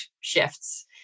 shifts